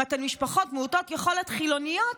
אם אתם משפחות מעוטות יכולת חילוניות,